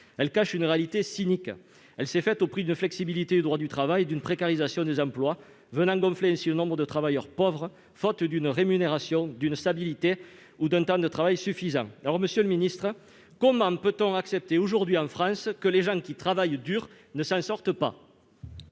elle cache une réalité cynique : elle s'est faite au prix d'une flexibilité du droit du travail et d'une précarisation des emplois, venant gonfler ainsi le nombre de travailleurs pauvres, faute d'une rémunération, d'une stabilité ou d'un temps de travail suffisants. Madame la ministre du travail, comment peut-on accepter aujourd'hui, en France, que les gens qui travaillent dur ne s'en sortent pas ?